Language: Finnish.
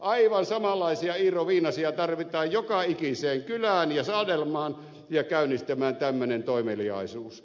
aivan samanlaisia iiroviinasia tarvitaan joka ikiseen kylään ja saarelmaan ja käynnistämään tämmöinen toimeliaisuus